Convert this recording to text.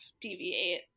deviate